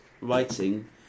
writing